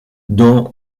dans